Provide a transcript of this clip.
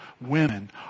women